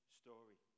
story